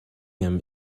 him